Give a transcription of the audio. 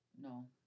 No